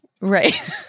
Right